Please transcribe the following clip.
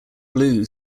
blue